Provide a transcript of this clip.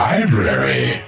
Library